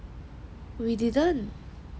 we didn't